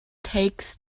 takes